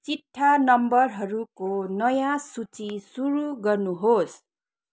चिट्ठा नम्बरहरूको नयाँ सुची सुरु गर्नुहोस्